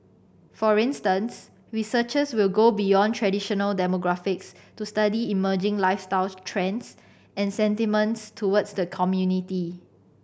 for instance researchers will go beyond traditional demographics to study emerging lifestyle trends and sentiments towards the community